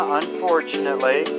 unfortunately